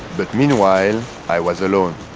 but meanwhile i was alone.